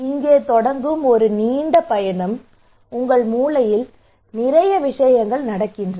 இங்கே தொடங்கும் ஒரு நீண்ட பயணம் உங்கள் மூளையில் நிறைய விஷயங்கள் நடக்கின்றன